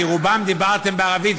כי רובכם דיברתם בערבית,